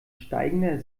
steigender